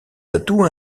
atouts